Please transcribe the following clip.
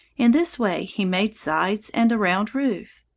in this way he made sides and a round roof.